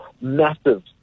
massive